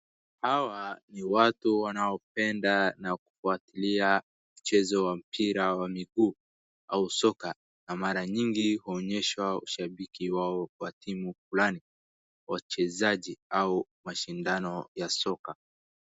Hawa ni watu wanaopenda na kufuatilia mchezo wa mpira wa miguu au soka na mara nyingi huonyesha ushabiki wao kwa timu fulani, wachezaji au mashindano ya soka.